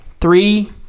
Three